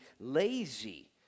lazy